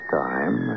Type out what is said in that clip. time